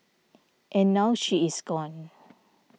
and now she is gone